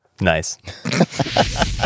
Nice